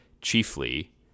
chiefly